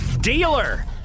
dealer